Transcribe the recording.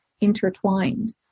intertwined